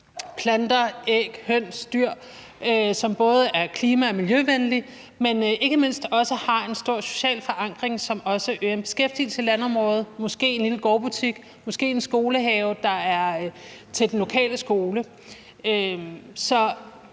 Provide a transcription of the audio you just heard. planter, æg, høns, dyr, som er både klima- og miljøvenlig, og ikke mindst også har en stor social forankring, som også øger beskæftigelse i landområdet. Måske er der en lille gårdbutik eller måske en skolehave til den lokale skole. Så